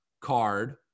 card